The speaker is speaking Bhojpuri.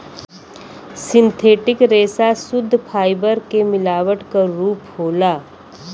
सिंथेटिक रेसा सुद्ध फाइबर के मिलावट क रूप होला